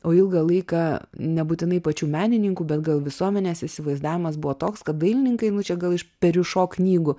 o ilgą laiką nebūtinai pačių menininkų bet gal visuomenės įsivaizdavimas buvo toks kad dailininkai nu čia gal iš perrišo knygų